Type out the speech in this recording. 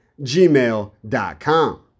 gmail.com